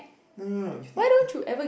no no no you think